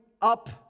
up